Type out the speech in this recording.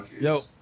Yo